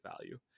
value